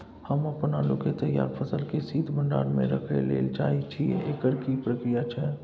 हम अपन आलू के तैयार फसल के शीत भंडार में रखै लेल चाहे छी, एकर की प्रक्रिया छै?